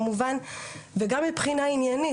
וגם מבחינה עניינית.